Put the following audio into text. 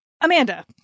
amanda